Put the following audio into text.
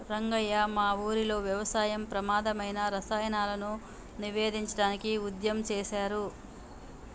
రంగయ్య మా ఊరిలో వ్యవసాయంలో ప్రమాధమైన రసాయనాలను నివేదించడానికి ఉద్యమం సేసారు